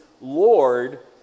Lord